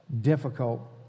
Difficult